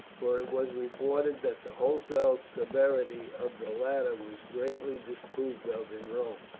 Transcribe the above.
for it was reported that the wholesale severity of the latter was greatly disapproved of in rome,